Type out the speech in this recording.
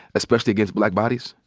especially against black bodies?